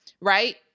Right